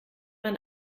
man